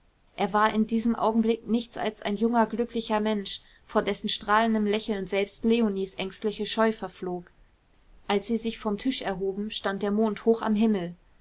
er war in diesem augenblick nichts als ein junger glücklicher mensch vor dessen strahlendem lächeln selbst leonies ängstliche scheu verflog als sie sich vom tisch erhoben stand der mond hoch am himmel